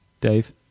Dave